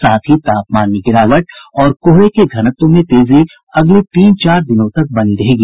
साथ ही तापमान में गिरावट और कोहरे के घनत्व में तेजी अगले तीन चार दिनों तक बनी रहेगी